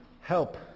Help